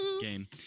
game